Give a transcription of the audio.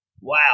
Wow